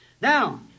Now